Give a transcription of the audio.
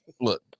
look